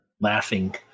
laughing